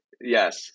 Yes